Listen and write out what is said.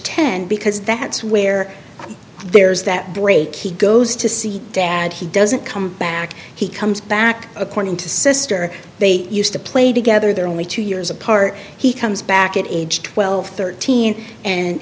ten because that's where there's that break he goes to see dad he doesn't come back he comes back according to sr they used to play together they're only two years apart he comes back at age twelve thirteen and